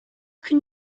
can